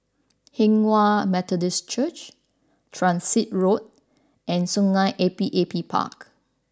Hinghwa Methodist Church Transit Road and Sungei Api Api Park